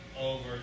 over